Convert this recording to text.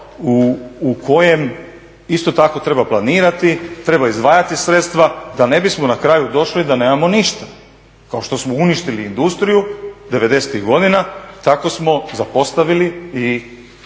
u kojem isto tako treba planirati, treba izdvajati sredstva da ne bismo na kraju došli da nemamo ništa. Kao što smo uništili industriju '90.-ih godina tako smo zapostavili i